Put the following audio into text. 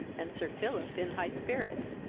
and sir philip in high spirits.